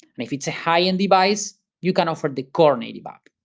and if it's a high-end device, you can offer the core native app.